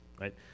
Right